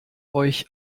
euch